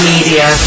Media